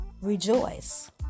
rejoice